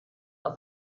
auf